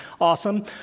awesome